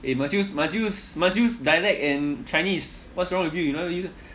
eh must use must use must use dialect and chinese what's wrong with you you never use